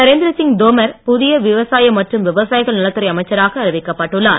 நரேந்திரசிங் தோமர் புதிய விவசாய மற்றும் விவாசியகள் நலத்துறை அமைச்சராக அறிவிக்கப்பட்டுள்ளார்